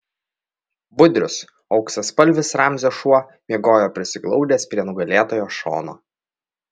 budrius auksaspalvis ramzio šuo miegojo prisiglaudęs prie nugalėtojo šono